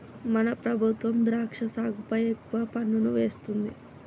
మన ప్రభుత్వం ద్రాక్ష సాగుపై ఎక్కువ పన్నులు వేస్తుంది